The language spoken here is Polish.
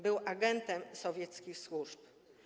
Był agentem sowieckich służb.